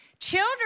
Children